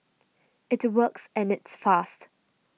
it works and it's fast